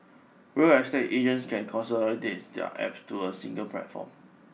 real estate agents can consolidates their apps to a single platform